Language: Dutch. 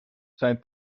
zijn